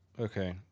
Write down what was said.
Okay